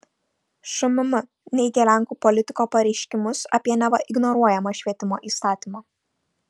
šmm neigia lenkų politiko pareiškimus apie neva ignoruojamą švietimo įstatymą